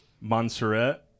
Montserrat